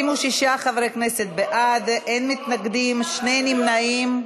26 חברי כנסת בעד, אין מתנגדים, שני נמנעים.